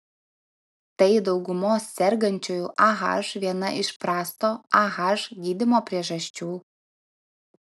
tai daugumos sergančiųjų ah viena iš prasto ah gydymo priežasčių